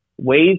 ways